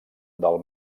del